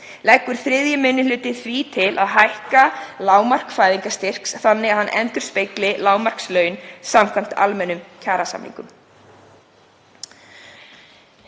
Leggur 3. minni hluti því til að hækka lágmark fæðingarstyrks þannig að hann endurspegli lágmarkslaun samkvæmt almennum kjarasamningum.